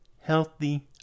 healthy